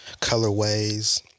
colorways